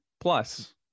Plus